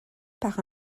par